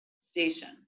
station